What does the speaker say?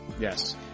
Yes